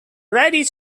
ready